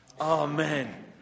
Amen